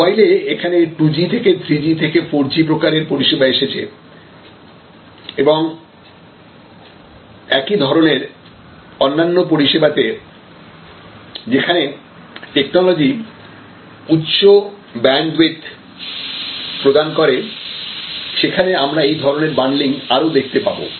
মোবাইলে এখানে টুজি থেকে থ্রিজি থেকে ফোরজি প্রকারের পরিষেবা এসেছে এবং একই ধরনের অন্যান্য পরিষেবাতে যেখানে টেকনোলজি উচ্চ ব্যান্ডউইথ প্রদান করে সেখানে আমরা এই ধরনের বান্ডলিং আরও দেখতে পাবো